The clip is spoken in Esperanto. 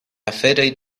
aferoj